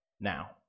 now